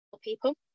people